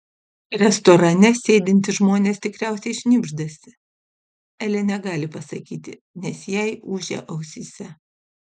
restorane sėdintys žmonės tikriausiai šnibždasi elė negali pasakyti nes jai ūžia ausyse